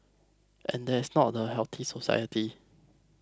and that's not the healthy society